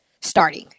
starting